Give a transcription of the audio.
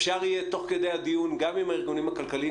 אפשר יהיה תוך כדי הדיון גם עם הארגונים הכלכליים.